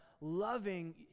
loving